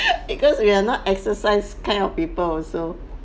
because we are not exercise kind of people also